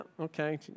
Okay